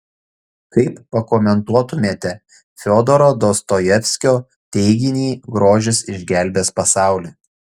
kaip pakomentuotumėte fiodoro dostojevskio teiginį grožis išgelbės pasaulį